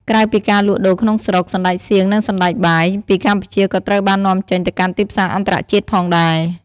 ក្រៅពីការលក់ដូរក្នុងស្រុក សណ្តែកសៀង និងសណ្តែកបាយ ពីកម្ពុជាក៏ត្រូវបាននាំចេញទៅកាន់ទីផ្សារអន្តរជាតិផងដែរ។